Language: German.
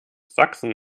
sachsen